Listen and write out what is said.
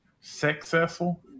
Successful